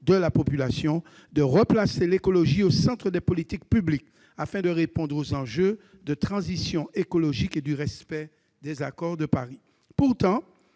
de la population de replacer l'écologie au centre des politiques publiques, afin de répondre aux enjeux de transition écologique et de respecter les accords de Paris. Pourtant,